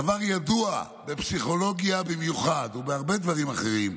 דבר ידוע, בפסיכולוגיה במיוחד ובהרבה דברים אחרים,